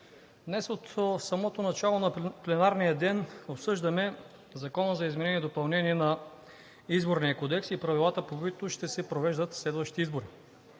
Днес от самото начало на пленарния ден обсъждаме Закона за изменение и допълнение на Изборния кодекс и правилата, по които ще се провеждат следващите избори.